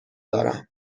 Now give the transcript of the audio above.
دارم